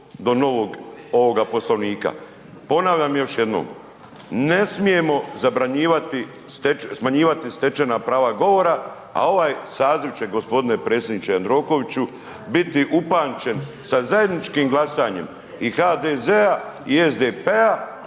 ovoga Poslovnika. Ponavljam još jednom, ne smijemo smanjivati stečena prava govora, a ovaj saziv će gospodine predsjedniče Jandrokoviću biti upamćen sa zajedničkim glasanjem i HDZ-a i SDP-a